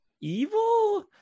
evil